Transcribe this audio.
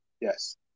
Yes